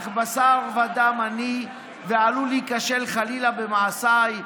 אך בשר ודם אני ועלול להיכשל חלילה במעשיי.